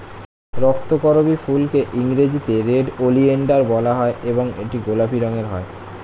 রক্তকরবী ফুলকে ইংরেজিতে red oleander বলা হয় এবং এটি গোলাপি রঙের হয়